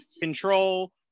control